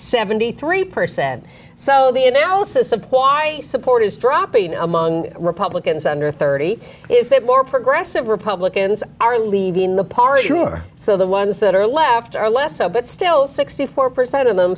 seventy three percent so the analysis of why support is dropping among republicans under thirty is that more progressive republicans are leaving the party sure so the ones that are left are less so but still sixty four percent of them